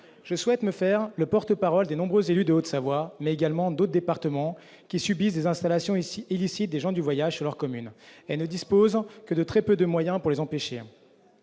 Je souhaite me faire ici le porte-parole des nombreux élus de Haute-Savoie, mais également d'autres départements, qui subissent des installations illicites de gens du voyage sur le territoire de leur commune et ne disposent que de très peu de moyens pour les empêcher.